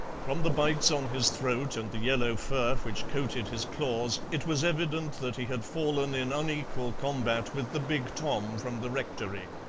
from the bites on his throat and the yellow fur which coated his claws it was evident that he had fallen in unequal combat with the big tom from the rectory.